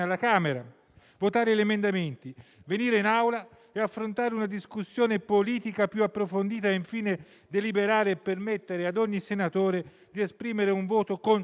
votare gli emendamenti, venire in Aula ad affrontare una discussione politica più approfondita e, infine, deliberare e permettere a ogni senatore di esprimere un voto consapevole,